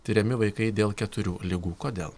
tiriami vaikai dėl keturių ligų kodėl